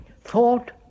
thought